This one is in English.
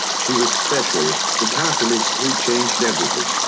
she was special, the catalyst who changed everything.